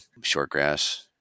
shortgrass